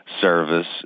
service